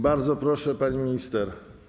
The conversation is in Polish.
Bardzo proszę, pani minister.